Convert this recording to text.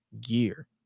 gear